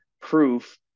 proof